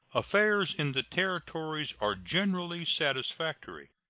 affairs in the territories are generally satisfactory.